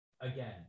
again